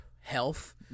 health